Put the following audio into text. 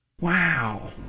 Wow